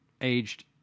aged